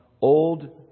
old